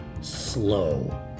slow